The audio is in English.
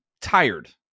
tired